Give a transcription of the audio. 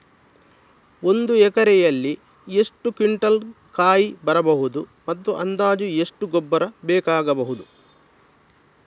ಒಂದು ಎಕರೆಯಲ್ಲಿ ಎಷ್ಟು ಕ್ವಿಂಟಾಲ್ ಕಾಯಿ ಬರಬಹುದು ಮತ್ತು ಅಂದಾಜು ಎಷ್ಟು ಗೊಬ್ಬರ ಬೇಕಾಗಬಹುದು?